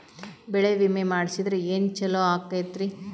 ಬೆಳಿ ವಿಮೆ ಮಾಡಿಸಿದ್ರ ಏನ್ ಛಲೋ ಆಕತ್ರಿ?